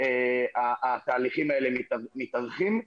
התהליכים האלה מתארכים,